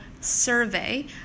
survey